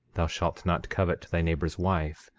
thou shalt not covet thy neighbor's wife,